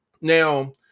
Now